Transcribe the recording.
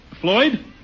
Floyd